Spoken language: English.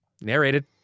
Narrated